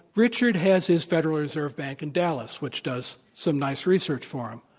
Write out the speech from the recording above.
richard has his federal reserve bank in dallas, which does some nice research for him.